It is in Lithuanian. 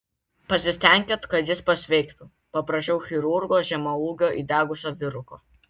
pasistenkit kad jis pasveiktų paprašiau chirurgo žemaūgio įdegusio vyruko